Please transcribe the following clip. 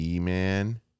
man